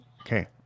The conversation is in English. okay